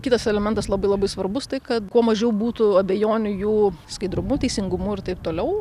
kitas elementas labai labai svarbus tai kad kuo mažiau būtų abejonių jų skaidrumu teisingumu ir taip toliau